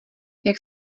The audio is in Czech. jak